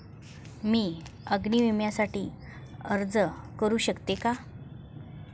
मी अग्नी विम्यासाठी अर्ज करू शकते का?